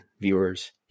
viewers